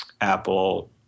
Apple